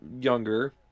younger